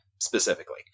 Specifically